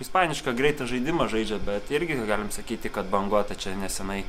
ispanišką greitą žaidimą žaidžia bet irgi negalim sakyti kad banguota čia nesenai